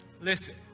Listen